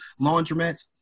laundromats